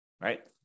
right